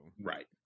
Right